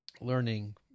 learning